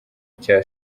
nshya